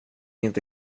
inte